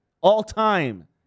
All-time